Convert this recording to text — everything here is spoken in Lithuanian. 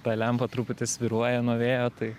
ta lempa truputį svyruoja nuo vėjo tai